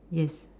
yes